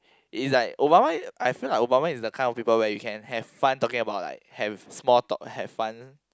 it's like Obama I feel like Obama is the kind of people where you can have fun talking about like have small talk have fun